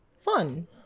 Fun